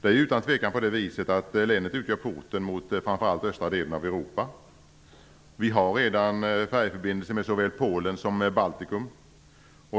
Det är ju utan tvekan på det viset att länet ugör porten mot framför allt östra delen av Europa. Vi har redan färjeförbindelse med såväl Polen som Baltikum.